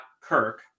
Kirk